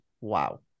Wow